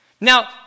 Now